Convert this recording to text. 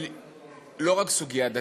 היא לא רק סוגיה דתית,